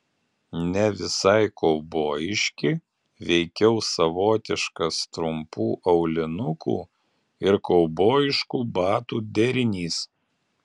ne visai kaubojiški veikiau savotiškas trumpų aulinukų ir kaubojiškų batų derinys